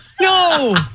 No